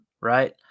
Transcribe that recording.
right